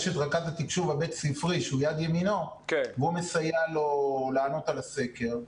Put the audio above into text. יש את רכז התקשוב הבית-ספרי שהוא יד ימינו והוא מסייע לו לענות על הסקר.